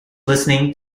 listening